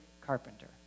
carpenter